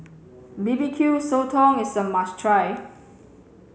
B B Q Sotong is a must try